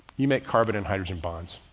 you make carbon and hydrogen bonds,